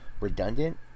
redundant